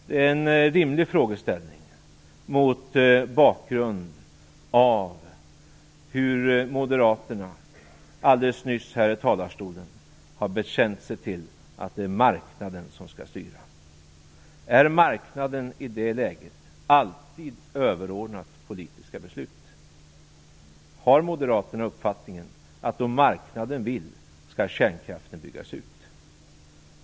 Det är en rimlig frågeställning mot bakgrund av hur Moderaterna alldeles nyss här i talarstolen bekände sig till uppfattningen att det är marknaden som skall styra. Är marknaden i det läget alltid överordnad politiska beslut? Har Moderaterna uppfattningen att om marknaden vill skall kärnkraften byggas ut?